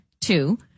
Two